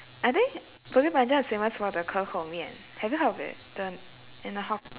I think bukit panjang is famous for the ke kou mian have you heard of it the in the hawk~